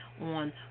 on